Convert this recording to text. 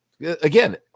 Again